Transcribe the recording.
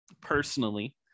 personally